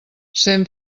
cent